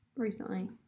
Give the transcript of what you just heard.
recently